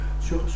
Sur